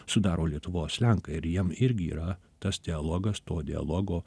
sudaro lietuvos lenkai ir jiem irgi yra tas dialogas to dialogo